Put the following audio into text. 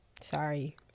Sorry